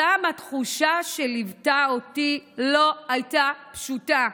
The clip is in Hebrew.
שם התחושה שליוותה אותי לא הייתה פשוטה.